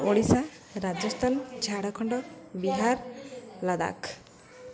Odisha Rajasthan Jharkhand Bihar Ladakh